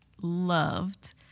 loved